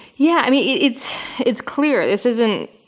yeah, i mean, it's it's clear, this isn't.